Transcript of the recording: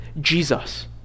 Jesus